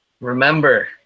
Remember